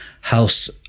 house